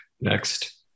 next